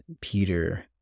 Peter